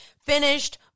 finished